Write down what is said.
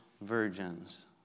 virgins